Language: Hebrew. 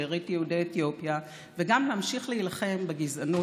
הם לא מספיק לבנים,